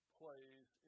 plays